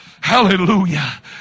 hallelujah